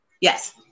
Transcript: Yes